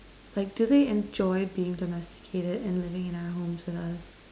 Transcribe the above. like do they enjoy being domesticated and living in our homes with us